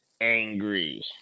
Angry